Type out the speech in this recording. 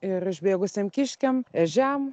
ir išbėgusiem kiškiam ežiam